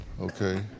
Okay